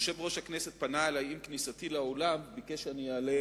יושב-ראש הכנסת פנה אלי עם כניסתי לאולם וביקש שאני אעלה